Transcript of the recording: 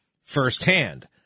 firsthand